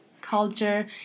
culture